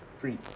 Free